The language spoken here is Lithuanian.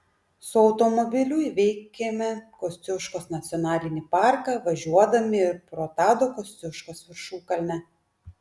su automobiliu įveikėme kosciuškos nacionalinį parką važiuodami ir pro tado kosciuškos viršukalnę